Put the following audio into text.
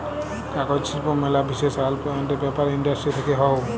কাগজ শিল্প ম্যালা বিসেস পাল্প আন্ড পেপার ইন্ডাস্ট্রি থেক্যে হউ